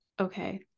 Okay